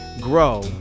Grow